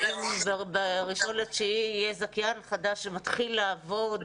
האם ב-1.9 יהיה זכיין חדש שיתחיל לעבוד?